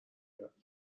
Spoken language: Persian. بیاد